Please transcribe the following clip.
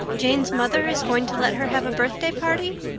jane's mother is going to let her have a birthday party?